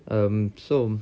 um so